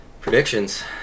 Predictions